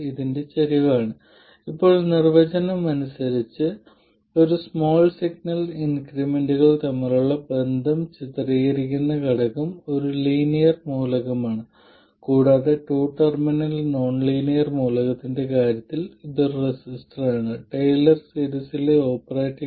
circuit equivalent എന്താണ് ഒരു port നെറ്റ്വർക്കിന്റെ കാര്യത്തിൽ ഇക്വലന്റ് റെസിസ്റ്ററായിരുന്നു ടു പോർട്ട് നെറ്റ്വർക്കിന്റെ കാര്യത്തിൽ ഇക്വലന്റ് ലീനിയർ ടു പോർട്ടുകളാണ്